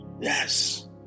Yes